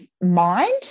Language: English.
mind